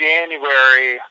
January